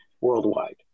worldwide